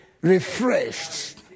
refreshed